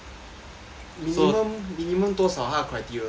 minimum minimum 多少它的 criteria